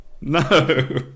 No